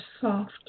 soft